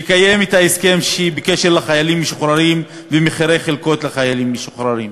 לקיים את ההסכם בקשר לחיילים משוחררים ומחירי חלקות לחיילים משוחררים,